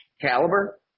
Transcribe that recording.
caliber